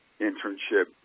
internship